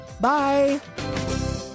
Bye